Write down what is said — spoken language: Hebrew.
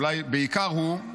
אולי בעיקר הוא,